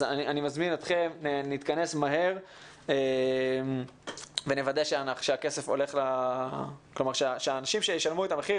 אז אני מזמין אתכם להתכנס מהר ונוודא שהאנשים שמשלמים את המחיר,